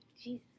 Jesus